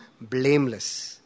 blameless